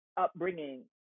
upbringing